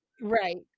Right